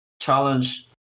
challenge